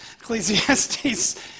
Ecclesiastes